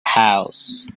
house